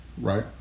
Right